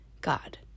God